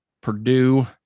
Purdue